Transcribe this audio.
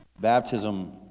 Baptism